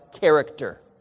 character